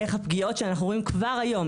איך הפגיעות שאנחנו רואים כבר היום,